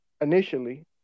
initially